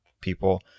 people